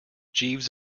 jeeves